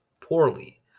poorly